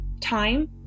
time